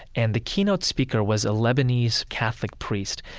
and the keynote speaker was a lebanese catholic priest.